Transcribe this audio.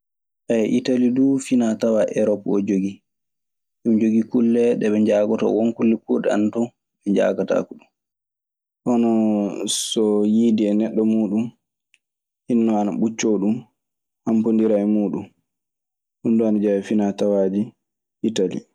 Italii duu finaa tawaa erop oo jogii. Eɓe njogii kulle ɗe ɓe njaagotoo. Won kulle kuurɗe ana ton ɓe njaagotaako ɗun. Hono so yiidii e neɗɗo muuɗun, hinnoo ana ɓuccoo ɗun, hampondira e muuɗun. Ɗun duu ana jeyaa e finaa tawaaji Italii